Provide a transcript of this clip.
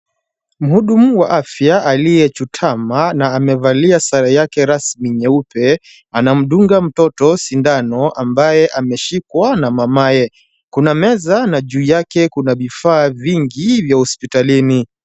Mhudumu wa afya aliyechutama na amevalia sare yake rasmi nyeupe, anamdunga mtoto sindano ambae ameshikwa na mamaye. Kuna meza na juu yake kuna vifaa vingi vya hospitalini.